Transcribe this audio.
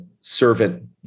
servant